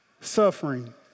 suffering